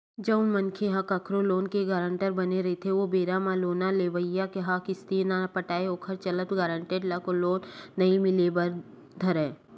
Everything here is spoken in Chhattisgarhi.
जउन मनखे ह कखरो लोन के गारंटर बने रहिथे ओ बेरा म लोन लेवइया ह किस्ती नइ पटाय ओखर चलत गारेंटर ल लोन नइ मिले बर धरय